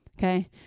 Okay